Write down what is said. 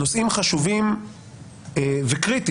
נושאים חשובים וקריטיים,